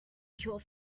cure